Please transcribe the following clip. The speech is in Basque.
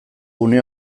une